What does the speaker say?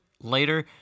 later